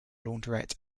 launderette